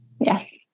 yes